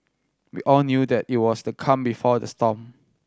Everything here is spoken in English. we all knew that it was the calm before the storm